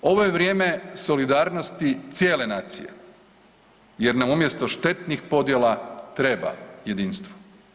Ovo je vrijeme solidarnosti cijele nacije jer nam umjesto štetnih podjela treba jedinstvo.